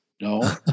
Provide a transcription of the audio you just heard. no